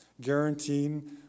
guaranteeing